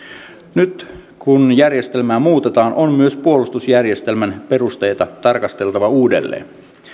nyt kun järjestelmää muutetaan on myös puolustusjärjestelmän perusteita tarkasteltava uudelleen